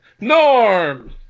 Norm